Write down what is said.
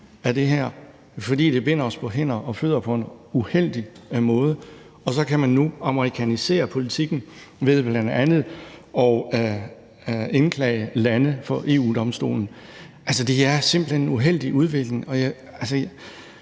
fordi det binder os på hænder og fødder på en uheldig måde. Og så kan man nu amerikanisere politikken ved bl.a. at indklage lande for EU-Domstolen. Altså, det er simpelt hen en uheldig udvikling,